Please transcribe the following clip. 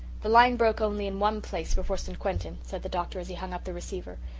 the line broke only in one place, before st. quentin, said the doctor, as he hung up the receiver,